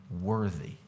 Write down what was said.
worthy